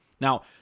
Now